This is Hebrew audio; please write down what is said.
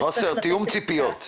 חוסר תיאום ציפיות.